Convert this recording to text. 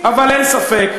אבל אין ספק,